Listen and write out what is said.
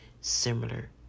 similar